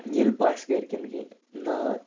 ییٚلہِ باسہِ گَرِکٮ۪ن کہِ نا